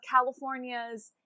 California's